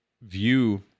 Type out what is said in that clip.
view